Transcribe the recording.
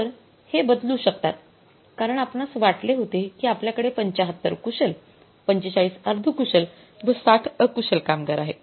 तर हे बदलू शकतात कारण आपणास वाटले होते कि आपल्याकडे ७५ कुशल ४५ अर्धकुशल व ६० अकुशल कामगार आहेत